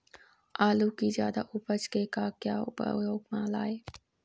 आलू कि जादा उपज के का क्या उपयोग म लाए?